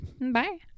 Bye